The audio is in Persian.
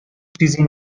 چیزی